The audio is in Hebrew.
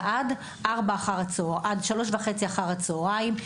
עד 15:30 אחר הצהריים,